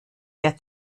der